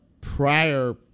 prior